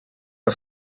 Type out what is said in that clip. are